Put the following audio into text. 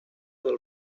del